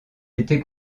été